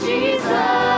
Jesus